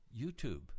YouTube